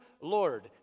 Lord